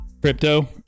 crypto